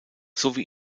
sowie